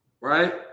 Right